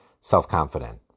self-confident